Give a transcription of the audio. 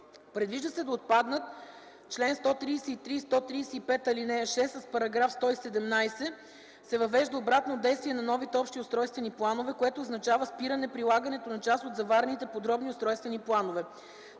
Предвижда се да отпаднат чл. 133 и чл. 135, ал. 6, а с § 117 се въвежда обратно действие на новите общи устройствени планове, което означава спиране прилагането на част от заварените подробни устройствени планове.